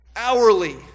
Hourly